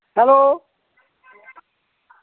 hello